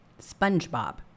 Spongebob